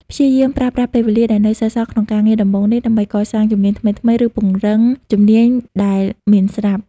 ព្យាយាមប្រើប្រាស់ពេលវេលាដែលនៅសល់ក្នុងការងារដំបូងនេះ ដើម្បី កសាងជំនាញថ្មីៗ ឬ ពង្រឹងជំនាញដែលមានស្រាប់។